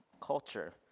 culture